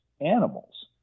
animals